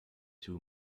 two